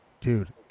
dude